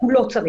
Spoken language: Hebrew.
הוא לא צריך.